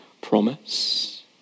promise